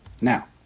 Now